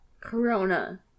Corona